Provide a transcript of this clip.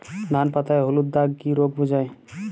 ধান পাতায় হলুদ দাগ কি রোগ বোঝায়?